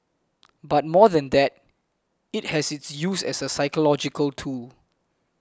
but more than that it has its use as a psychological tool